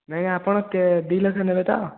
ନାହିଁ ଆପଣ ଦୁଇ ଲକ୍ଷ ନେବେ ତ